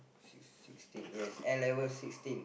sixteen yes N-level sixteen